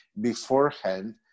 beforehand